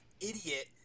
idiot